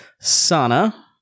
Sana